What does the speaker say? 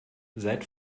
seit